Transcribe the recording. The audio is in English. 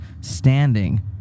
standing